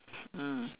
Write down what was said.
mm